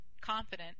confident